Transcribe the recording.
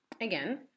again